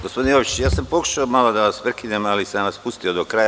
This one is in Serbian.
Gospodine Jovičiću, ja sam pokušao da vas prekinem, ali sam vas pustio do kraja.